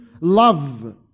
love